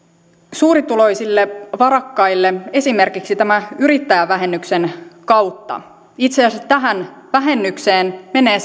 suurituloisille varakkaille esimerkiksi tämän yrittäjävähennyksen kautta itse asiassa tähän vähennykseen menee